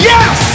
Yes